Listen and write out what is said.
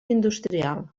industrial